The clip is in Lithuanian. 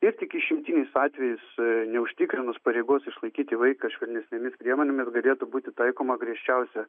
ir tik išimtiniais atvejais neužtikrinus pareigos išlaikyti vaiką švelnesnėmis priemonėmis galėtų būti taikoma griežčiausia